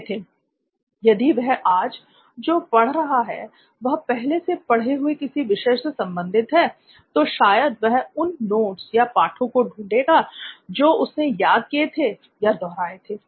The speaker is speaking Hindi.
नित्थिन यदि वह आज जो पढ़ रहा है वह पहले से पढ़े हुऐ किसी विषय से संबंधित है तो शायद वह उन नोट्स या पाठों को ढूंढेगा जो उसने याद किए थे या दोहराहे थे